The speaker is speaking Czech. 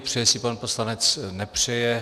Přeje si pan poslanec, nepřeje?